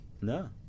No